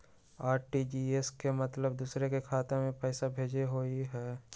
RTGS के मतलब दूसरे के खाता में पईसा भेजे होअ हई?